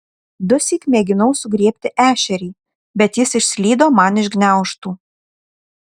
dusyk mėginau sugriebti ešerį bet jis išslydo man iš gniaužtų